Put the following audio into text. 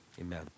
Amen